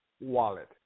wallet